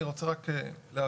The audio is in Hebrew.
אני רוצה רק להבהיר,